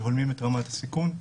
שהולמים את רמת הסיכון.